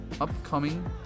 upcoming